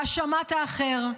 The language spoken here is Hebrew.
האשמת האחר,